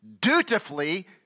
dutifully